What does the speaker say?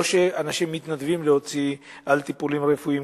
אנשים לא מתנדבים להוציא כסף על טיפולים רפואיים,